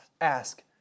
ask